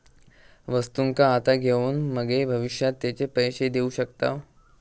वस्तुंका आता घेऊन मगे भविष्यात तेचे पैशे देऊ शकताव